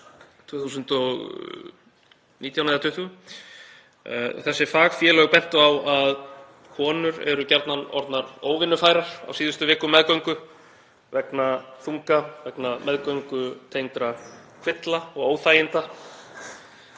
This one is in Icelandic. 2019 eða 2020. Þessi fagfélög bentu á að konur eru gjarnan orðnar óvinnufærar á síðustu vikum meðgöngu vegna þunga, vegna meðgöngutengdra kvilla og óþæginda.